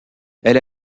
elle